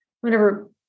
whenever